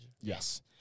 Yes